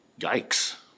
Yikes